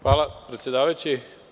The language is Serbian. Hvala predsedavajući.